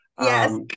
Yes